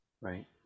Right